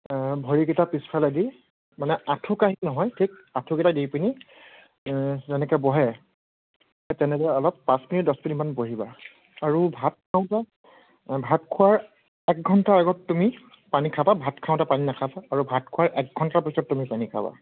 ভৰিকেইটা পিছফালে দি মানে আঠুকাঢ়ি নহয় ঠিক আঠুকেইটা দি পিনি যেনেকৈ বহে তেনেকৈ অলপ পাঁচ মিনিট দহ মিনিটমান বহিবা আৰু ভাত খাওঁতে ভাত খোৱাৰ এক ঘণ্টাৰ আগত তুমি পানী খাবা ভাত খাওঁতে পানী নাখাবা আৰু ভাত খোৱাৰ এক ঘণ্টা পিছত তুমি পানী খাবা